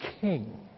King